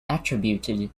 attributed